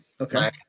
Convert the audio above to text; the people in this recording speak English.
Okay